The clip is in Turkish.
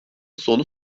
sonu